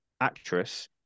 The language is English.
actress